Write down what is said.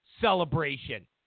celebration